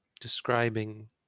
describing